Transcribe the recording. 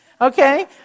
okay